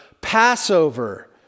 Passover